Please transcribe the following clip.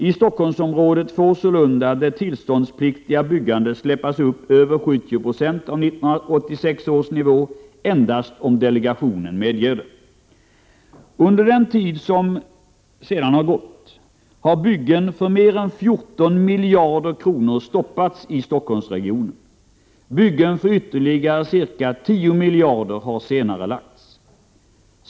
I Stockholmsområdet får sålunda det tillståndspliktiga byggandet släppas upp över 70 90 av 1986 års nivå endast om delegationen medger det. Under den tid som sedan har gått, har byggen för mer än 14 miljarder kronor stoppats i Stockholmsregionen. Byggen för ytterligare ca 10 miljarder kronor har senarelagts.